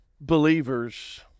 believers